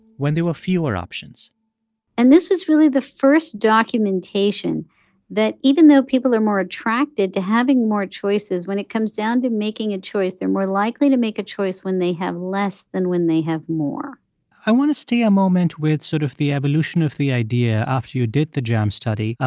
when there were fewer options and this was really the first documentation that even though people are more attracted to having more choices, when it comes down to making a choice, they're more likely to make a choice when they have less than when they have more i want to stay a moment with sort of the evolution of the idea after you did the jam study.